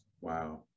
Wow